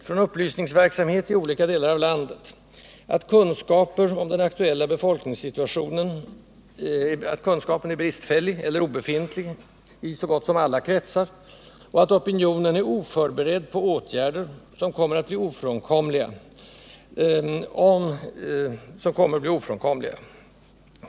Från upplysningsverksamhet i olika delar av landet vet jag emellertid att kunskapen om den aktuella befolkningssituationen är bristfällig eller obefintlig i så gott som alla kretsar och att opinionen är oförberedd på åtgärder, som kommer att bli ofrånkomliga.